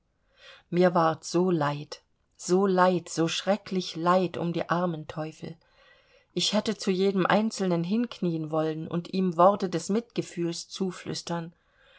mir ward so leid so leid so schrecklich leid um die armen teufel ich hätte zu jedem einzelnen hinknien wollen und ihm worte des mitgefühls zuflüstern